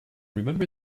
remember